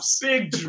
Big